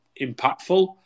impactful